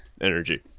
energy